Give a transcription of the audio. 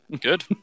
Good